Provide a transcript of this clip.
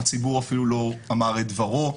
הציבור אפילו לא אמר את דברו.